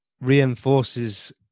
reinforces